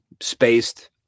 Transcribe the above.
spaced